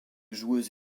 joueuse